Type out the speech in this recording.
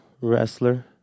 wrestler